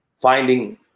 finding